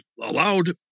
allowed